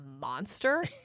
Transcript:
monster